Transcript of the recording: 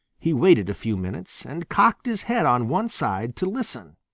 he waited a few minutes and cocked his head on one side to listen.